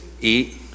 eat